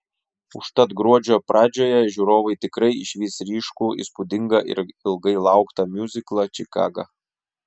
užtat gruodžio pradžioje žiūrovai tikrai išvys ryškų įspūdingą ir ilgai lauktą miuziklą čikaga